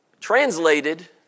Translated